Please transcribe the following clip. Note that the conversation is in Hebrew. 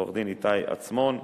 ועורך-הדין איתי עצמון,